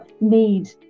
need